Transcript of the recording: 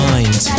Mind